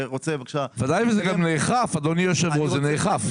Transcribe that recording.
אדוני היושב ראש, זה גם נאכף.